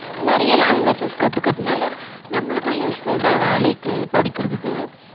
நிறைய லாங்குவேஜஸ் கற்றுக்கறதுனால நம்மளுக்கும் யூஸ்ஃபுல் தான் வேலைக்கு படிக்கிறதுக்கு